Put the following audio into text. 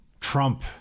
Trump